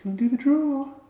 do the draw?